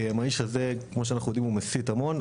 האיש הזה כמו שאנחנו יודעים, הוא מסית המון.